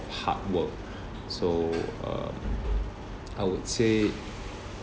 of hard work so uh I would say